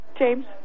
James